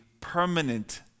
permanent